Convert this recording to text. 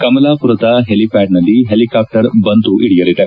ಕಮಲಾಪುರದ helipad ನಲ್ಲಿ helicopter ಬಂದು ಇಳಿಯಲಿದೆ